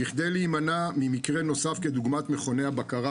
בכדי להימנע ממקרה נוסף כדוגמת מכוני הבקרה